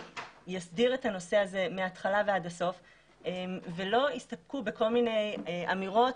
שיסדיר את הנושא הזה מהתחלה ועד הסוף ולא יסתפקו בכל מיני אמירות